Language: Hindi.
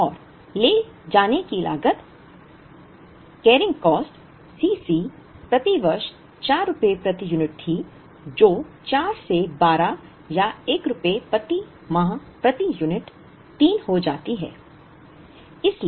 और ले जाने की लागत केयरिंग कॉस्ट C c प्रति वर्ष 4 रुपये प्रति यूनिट थी जो 4 से 12 या 1 रुपये प्रति माह प्रति यूनिट 3 हो जाती है